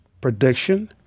prediction